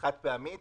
וחד פעמית